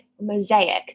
mosaic